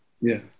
Yes